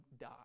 die